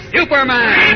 Superman